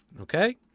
okay